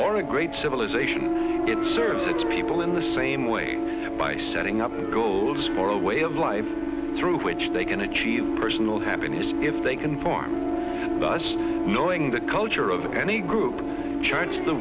or a great civilization it serves its people in the same way by setting up goals for a way of life through which they can achieve personal happiness if they conform thus knowing the culture of any group change the